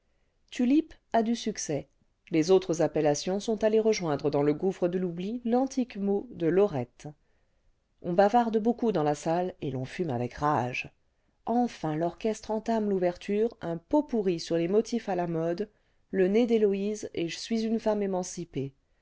tulipes a du succès les autres appellations sont allées rejoindre dans le gouffre de l'oubli l'antique mot de lorette on bavarde beaucoup dans la salle et l'on fume avec rage enfin l'orchestre entame l'ouverture un pot pourri sur les motifs à la mode le nez d'uéloïse et j'suis une femme émancipée